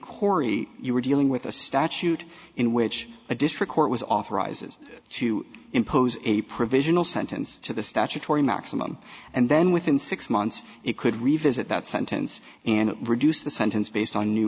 corrie you were dealing with a statute in which a district court was authorizes to impose a provisional sentence to the statutory maximum and then within six months it could revisit that sentence and reduce the sentence based on new